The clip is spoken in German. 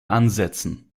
ansetzen